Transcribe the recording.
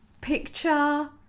Picture